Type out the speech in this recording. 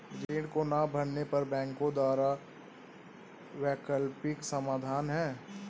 ऋण को ना भरने पर बैंकों द्वारा क्या वैकल्पिक समाधान हैं?